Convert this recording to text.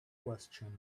question